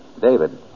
David